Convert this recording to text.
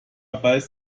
beißt